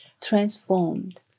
transformed